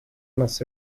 must